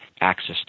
access